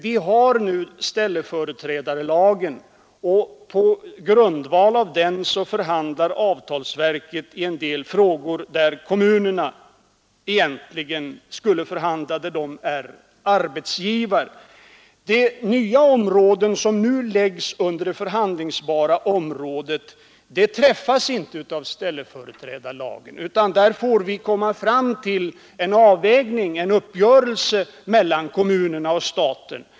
Vi har nu ställföreträdarlagen, och på grundval av den förhandlar avtalsverket i en del frågor där kommunerna egentligen skulle förhandla, där de är arbetsgivare. De nya områden som nu blir förhandlingsbara träffas inte av ställföreträdarlagen, utan där få vi från fall till fall komma fram till en uppgörelse mellan kommunerna och staten.